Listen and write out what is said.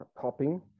popping